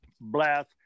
blast